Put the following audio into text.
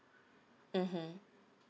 mmhmm